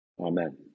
Amen